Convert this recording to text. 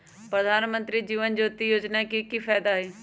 प्रधानमंत्री जीवन ज्योति योजना के की फायदा हई?